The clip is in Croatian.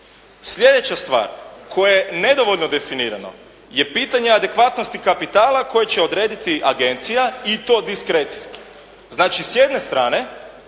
Sljedeća stvar, koja je nedovoljno definirano, je pitanje adekvatnosti kapitala koje će odrediti agencija i to diskrecijski. Znači s jedne strane